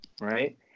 right